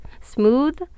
Smooth